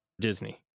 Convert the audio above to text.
Disney